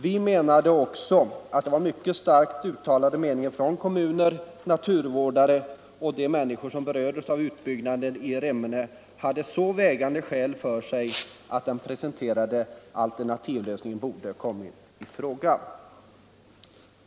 Vi menade också att uttalanden från kommuner, naturvårdare och de människor som berördes av utbyggnaden i Remmene hade så vägande skäl bakom sig att den presenterade alternativlösningen borde ha kommit i fråga.